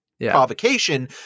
provocation